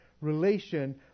relation